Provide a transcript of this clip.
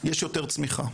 יש יותר צמיחה,